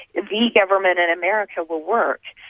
the government in america, will work.